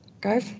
go